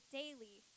daily